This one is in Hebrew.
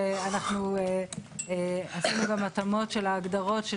שאנחנו עשינו גם התאמות של ההגדרות של